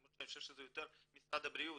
למרות שאני חושב שזה יותר שייך למשרד הבריאות,